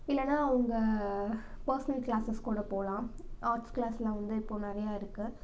இல்லைன்னா அவங்க personal classes கூட போகலாம் ஆட்ஸ் கிளாஸ்லாம் வந்து இப்போது நிறையா இருக்கு